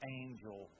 angel